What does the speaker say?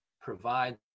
provide